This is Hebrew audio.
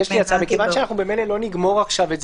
מכיוון שאנחנו ממילא לא נגמור את זה